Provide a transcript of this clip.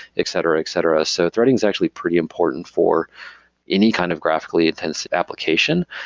etc, etc. so threading is actually pretty important for any kind of graphically intensive application.